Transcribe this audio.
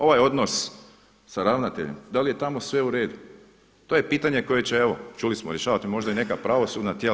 Ovaj odnos sa ravnateljem, da li je tamo sve uredu to je pitanje koje će evo čuli smo rješavati možda i neka pravosudna tijela.